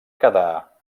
quedar